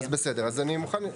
בסדר, אני מוכן.